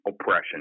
oppression